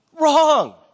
Wrong